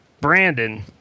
Brandon